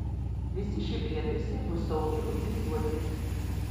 visi šie prietaisai bus saugiai utilizuoti